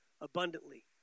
abundantly